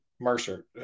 Mercer